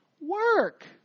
Work